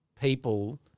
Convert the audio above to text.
people